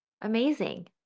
amazing